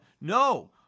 No